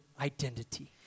identity